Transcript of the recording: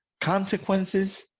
consequences